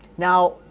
Now